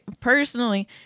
personally